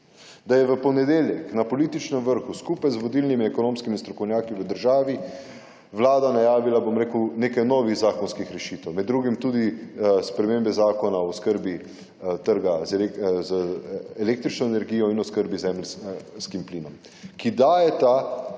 Da je v ponedeljek na političnem vrhu, skupaj z vodilnimi ekonomskimi strokovnjaki v državi, Vlada najavila, bom rekel, nekaj novih zakonskih rešitev. Med drugim tudi spremembe Zakona o oskrbi trga z električno energijo in oskrbi z zemeljskim plinom, ki dajeta